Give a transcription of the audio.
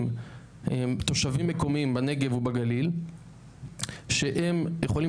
תושבים מקומיים בנגב ובגליל שהם יכולים